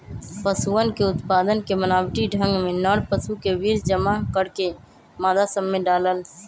पशुअन के उत्पादन के बनावटी ढंग में नर पशु के वीर्य जमा करके मादा सब में डाल्ल